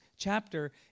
chapter